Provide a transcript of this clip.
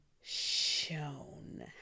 shown